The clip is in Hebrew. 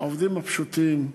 העובדים הפשוטים,